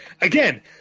Again